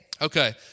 Okay